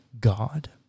God